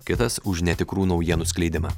kitas už netikrų naujienų skleidimą